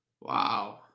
Wow